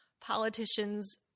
politicians